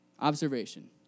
observation